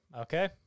Okay